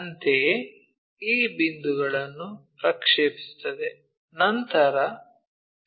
ಅಂತೆಯೇ ಈ ಬಿಂದುಗಳನ್ನು ಪ್ರಕ್ಷೇಪಿಸುತ್ತದೆ ನಂತರ ಪಿರಮಿಡ್ ಅನ್ನು ಹೊಂದಿರುತ್ತೇವೆ